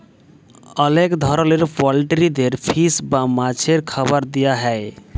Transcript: অলেক ধরলের পলটিরিদের ফিস মিল বা মাছের খাবার দিয়া হ্যয়